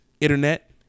internet